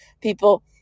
people